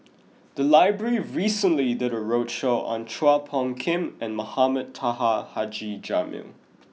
the library recently did a roadshow on Chua Phung Kim and Mohamed Taha Haji Jamil